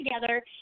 together